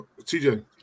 tj